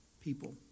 people